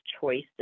choices